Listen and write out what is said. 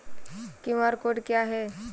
QR code क्या है?